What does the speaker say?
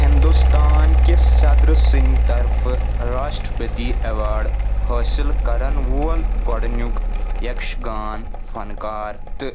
ہِنٛدوستان کِس صدر سٕنٛدِ طرفہٕ راشٹرٛپٔتی ایٚوارڈ حٲصِل کَرن وول گۄڈنیُک یَکش گَان فنکار تہِ